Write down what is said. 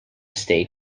stay